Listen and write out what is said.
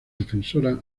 defensora